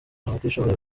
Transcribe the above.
abatishoboye